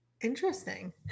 Interesting